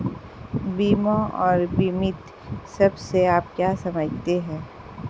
बीमा और बीमित शब्द से आप क्या समझते हैं?